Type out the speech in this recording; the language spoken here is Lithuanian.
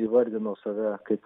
įvardino save kaip